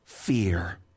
fear